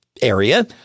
area